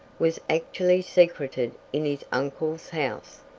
was actually secreted in his uncle's house.